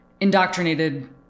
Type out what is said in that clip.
indoctrinated